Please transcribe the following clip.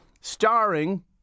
Starring